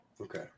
Okay